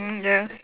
mm ya